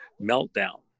meltdown